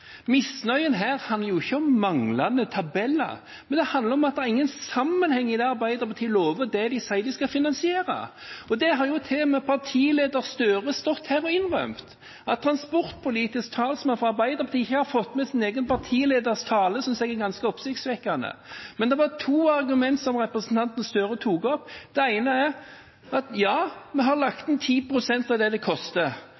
Misnøyen her handler jo ikke om manglende tabeller, men det handler om at det er ingen sammenheng i det Arbeiderpartiet lover, og det de sier de skal finansiere. Det har jo til og med partileder Gahr Støre stått her og innrømmet. At transpolitisk talsmann for Arbeiderpartiet ikke har fått med sin egen partileders tale, synes jeg er ganske oppsiktsvekkende. Men det var to argumenter som representanten Gahr Støre tok opp. Det ene er: Ja, vi har